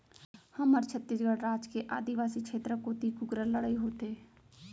हमर छत्तीसगढ़ राज के आदिवासी छेत्र कोती कुकरा लड़ई होथे